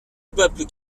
peuple